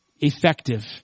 Effective